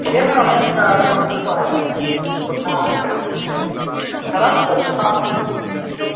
ফেম নামে একটা ওষুধ পাওয়া যায় ওটা দিতে পারেন এছাড়া বক্সার এসব